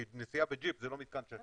כי נסיעה בג'יפ זה לא מתקן שעשועים,